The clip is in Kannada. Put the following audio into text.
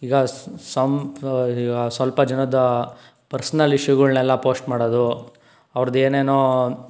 ಈಗ ಸಂ ಸ್ವಲ್ಪ ಜನದ ಪರ್ಸ್ನಲ್ ಇಶ್ಯುಗಳನೆಲ್ಲ ಪೋಸ್ಟ್ ಮಾಡೋದು ಅವ್ರದ್ದು ಏನೇನೋ